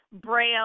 Braille